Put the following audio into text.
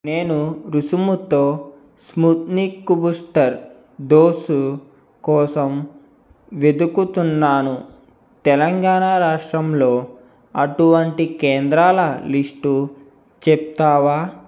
నేను రుసుముతో స్పుత్నిక్ కుబుస్టర్ డోసు కోసం వెదుకుతున్నాను తెలంగాణా రాష్ట్రంలో అటువంటి కేంద్రాల లిస్టు చెప్తావా